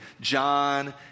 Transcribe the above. John